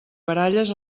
baralles